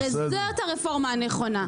הרי זאת הרפורמה הנכונה.